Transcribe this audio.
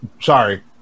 Sorry